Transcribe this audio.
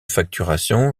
facturation